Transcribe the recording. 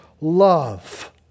love